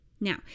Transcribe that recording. Now